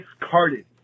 discarded